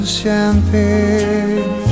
champagne